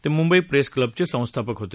ते मुंबई प्रेस क्लबचे संस्थापक होते